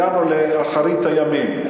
הגענו לאחרית הימים.